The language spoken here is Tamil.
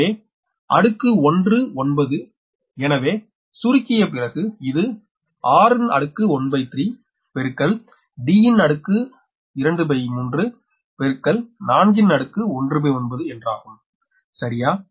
எனவே அடுக்கு 1 9 எனவே சுருக்கிய பிறகு இது 13 23 19 என்றாகும் சரியா